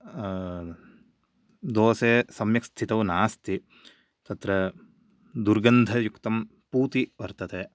दोसा सम्यक् स्थितौ नास्ति तत्र दुर्गन्धयुक्तं पूति वर्तते